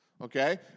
Okay